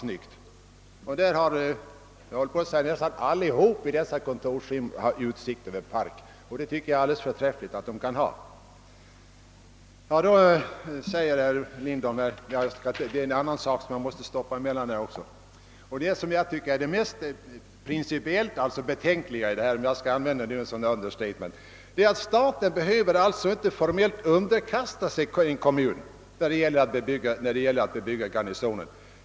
Nästan alla i detta kontorshus har utsikt över parken och det är ju förträffligt. Det som enligt min mening är det mest principiellt betänkliga — för att göra ett s.k. understatement — är att staten inte formellt behöver underkasta sig kommunen när det gäller att bebygga Garnisonen.